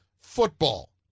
football